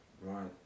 right